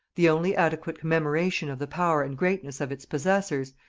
the only adequate commemoration of the power and greatness of its possessors,